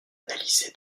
analysé